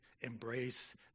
embrace